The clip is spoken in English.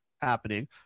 happening